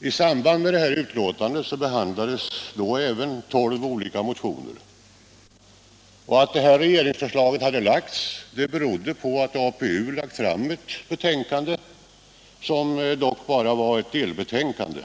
I samband med betänkandet behandlades då även tolv olika motioner. Att regeringsförslaget hade lagts berodde på att APU lagt fram ett betänkande, som dock bara var ett delbetänkande.